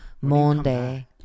Monday